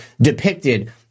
depicted